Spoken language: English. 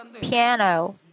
piano